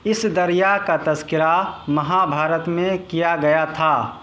اس دریا کا تذکرہ مہابھارت میں کیا گیا تھا